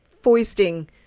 foisting